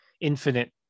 infinite